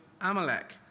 Amalek